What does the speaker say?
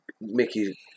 Mickey